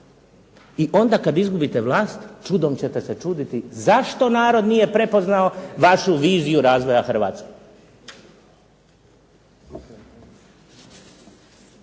I onda kada izgubite vlast čudom ćete se čuditi zašto narod nije prepoznao vašu viziju razvoja Hrvatske.